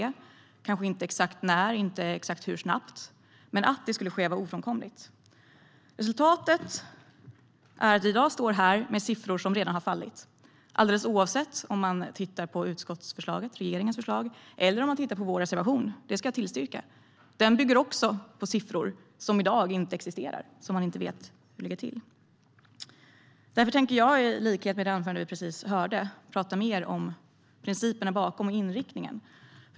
Vi visste kanske inte exakt när eller hur snabbt, men att det skulle ske var ofrånkomligt. Resultatet är att vi i dag står här med siffror som redan har fallit, oavsett om man tittar på utskottsförslaget - regeringens förslag - eller på vår reservation. Det ska jag tillstå. Reservationen bygger också på siffror som i dag inte existerar och där man inte vet hur det ligger till. Därför tänker jag prata mer om principerna bakom och inriktningen, i likhet med talaren i det anförande vi precis hörde.